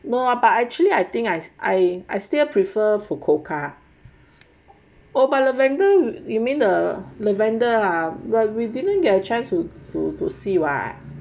no ah but actually I think I I I still prefer fukuoka oh but lavender you mean the lavender ah but we didn't get a chance to to to see what